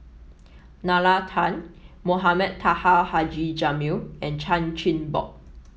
Nalla Tan Mohamed Taha Haji Jamil and Chan Chin Bock